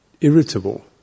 irritable